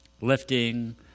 lifting